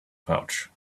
pouch